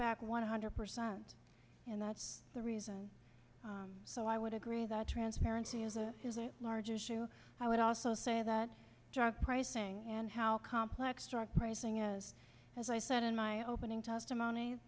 back one hundred percent and that's the reason so i would agree that transparency is a large issue i would also say that drug pricing and how complex are praising is as i said in my opening testimony